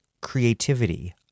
creativity